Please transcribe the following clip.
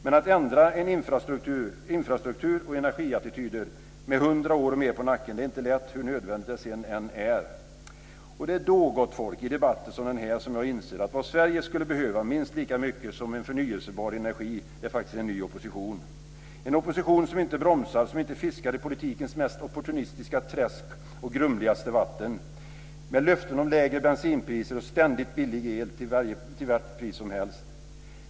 Men att ändra en infrastruktur och energiattityder med hundra år och mer på nacken är inte lätt, hur nödvändigt det än är. Det är då, gott folk, i debatter som den här, som jag inser att vad Sverige skulle behöva minst lika mycket som förnybar energi är en ny opposition - en opposition som inte bromsar, som inte fiskar i politikens mest opportunistiska träsk och grumligaste vatten med löften om lägre bensinpriser och ständigt billig el till vilket pris som helst.